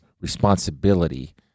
responsibility